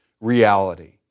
reality